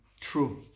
true